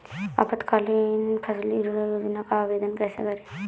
अल्पकालीन फसली ऋण योजना का आवेदन कैसे करें?